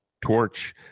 torch